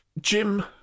Jim